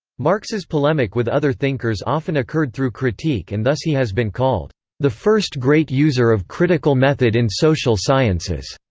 marx's polemic with other thinkers often occurred through critique and thus he has been called the first great user of critical method in social sciences.